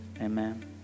Amen